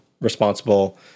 responsible